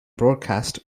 broadcast